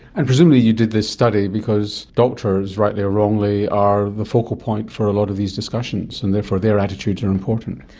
and presumably you did this study because doctors, rightly or wrongly, are the focal point for a lot of these discussions, and therefore their attitudes are important.